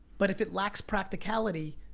but if it lacks practicality,